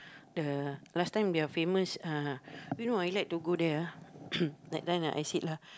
the last time their famous uh you know I like to go there ah that time the I sick lah